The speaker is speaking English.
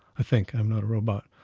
i think i'm not a robot.